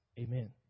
Amen